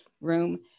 room